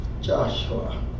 Joshua